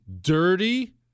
dirty